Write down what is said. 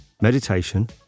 meditation